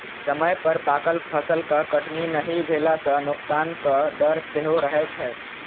समय पर पाकल फसलक कटनी नहि भेला सं नोकसानक डर सेहो रहै छै